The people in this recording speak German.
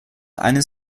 eines